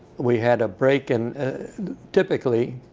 we had a break in typically.